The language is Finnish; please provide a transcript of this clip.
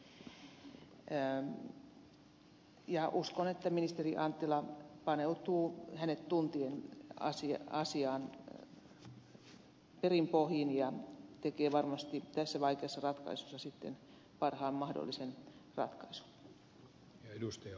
ministeri anttilan tuntien uskon että hän paneutuu asiaan perin pohjin ja tekee varmasti tässä vaikeassa asiassa sitten parhaan mahdollisen ratkaisun